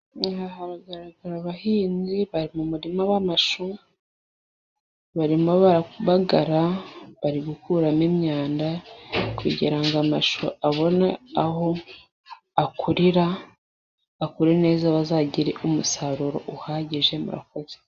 Aha haragaragara abahinzi bari mu murima w'amashu barimo barabagara bari gukuramo imyanda, kugira ngo amashu abone aho akurira, akure neza bazagire umusaruro uhagije. Murakoze.